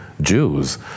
Jews